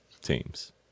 teams